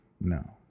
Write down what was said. no